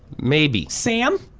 maybe. sam?